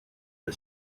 the